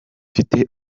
mfite